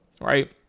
Right